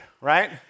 right